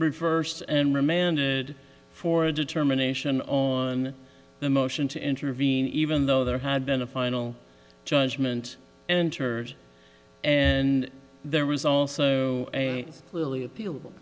reversed and remanded for a determination on the motion to intervene even though there had been a final judgment and hers and there was also a clearly appeal